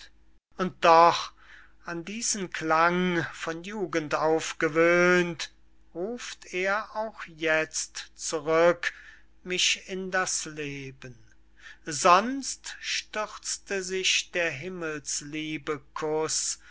und doch an diesen klang von jugend auf gewöhnt ruft er auch jetzt zurück mich in das leben sonst stürzte sich der himmels liebe kuß